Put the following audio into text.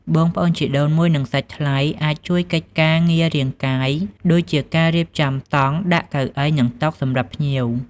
បងប្អូនជីដូនមួយ និងសាច់ថ្លៃអាចជួយកិច្ចការងាររាងកាយ ដូចជាការ រៀបចំតង់ ដាក់ កៅអី និង តុ សម្រាប់ភ្ញៀវ។